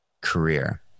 career